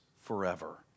forever